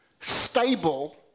stable